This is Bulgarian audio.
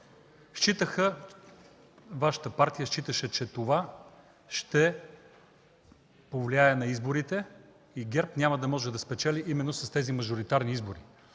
Вашата партия считаше, че това ще повлияе на изборите и ГЕРБ няма да може да спечели именно с тези мажоритарни избори.